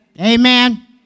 Amen